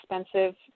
expensive